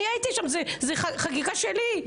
אני הייתי שם זה חקיקה שלי.